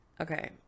Okay